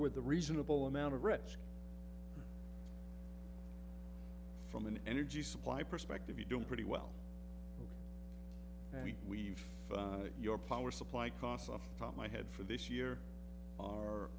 with a reasonable amount of risk from an energy supply perspective you're doing pretty well and we've your power supply costs off the top my head for this year are